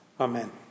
Amen